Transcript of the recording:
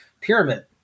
pyramid